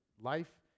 Life